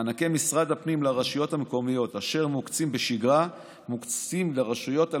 מענקי משרד הפנים לרשויות המקומיות אשר מוקצים בשגרה מוקצים לרשויות על